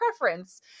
preference